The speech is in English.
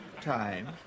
time